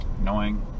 annoying